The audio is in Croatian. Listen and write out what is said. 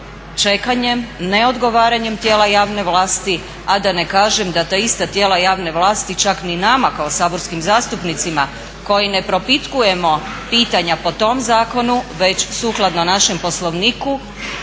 čekanjem, neodgovaranjem tijela javne vlasti a da ne kažem da ta ista tijela javne vlasti čak ni nama kao saborskim zastupnicima koji ne propitujemo pitanja po tom zakonu već sukladno našem Poslovniku